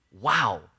Wow